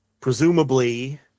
presumably